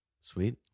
Sweet